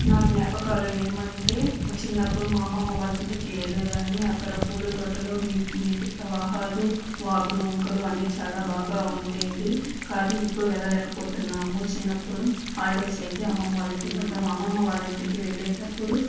నా జ్ఞాపకాలు ఏమంటే మా చిన్నప్పుడు మా అమ్మమ్మ వాళ్ళింటికి వెళ్లేదాన్ని అక్కడ పూల తోటలు నీ నీటి ప్రవాహాలు వాగులు వంకలు అన్ని చాలా బాగా ఉండేది కానీ ఇప్పుడు వెళ్ళేలేకపోతున్నాము చిన్నప్పుడు హాలిడేస్ అయితే అమ్మమ్మ వాళ్ళింటికి వెళ్తాము అమ్మమ్మ వాళ్ళింటికి వెళ్ళేటప్పుడు